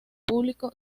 público